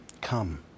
Come